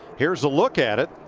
here's a look at it.